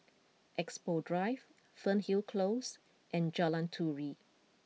Expo Drive Fernhill Close and Jalan Turi